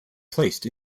placed